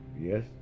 yes